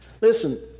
Listen